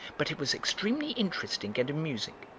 but it was extremely interesting and amusing.